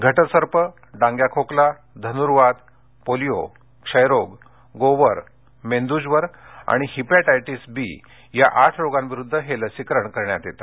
घटसर्फ डांग्या खोकला धनुर्वात पोलिया क्षयरोग गोवर मेंदूज्वर आणि हिपॅटायटिस बी या आठ रोगांविरुद्ध हे लसीकरण करण्यात येते